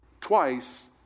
Twice